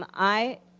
um i